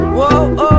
Whoa